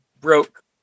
broke